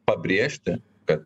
pabrėžti kad